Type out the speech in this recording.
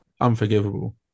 unforgivable